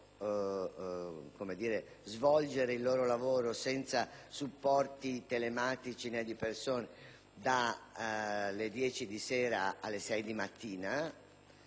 svolgere il loro lavoro senza supporti telematici dalle 10 di sera alle 6 di mattina,